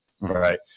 right